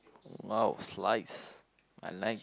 !wow! slice I like